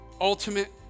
ultimate